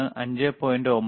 93 5